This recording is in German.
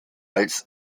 als